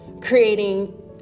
creating